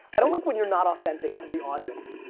i don't like when you're not authentic to the audience,